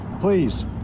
Please